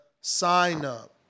sign-up